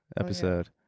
episode